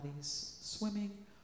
swimming